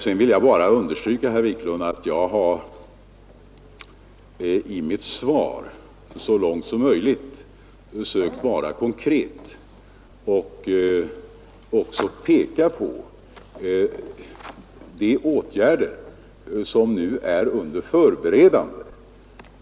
Sedan vill jag bara understryka, herr Wiklund, att jag i mitt svar så långt som möjligt försökt att vara konkret och peka på de åtgärder som nu är under förberedande.